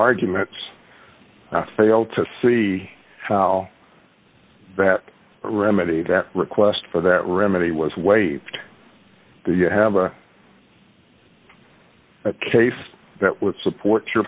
arguments i fail to see how that remedy that request for that remedy was waived do you have a case that would support your